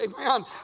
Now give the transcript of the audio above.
Amen